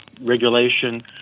regulation